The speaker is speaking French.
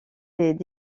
les